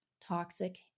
Toxic